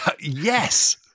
yes